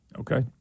Okay